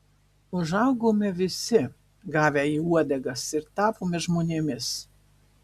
užaugome visi gavę į uodegas ir tapome žmonėmis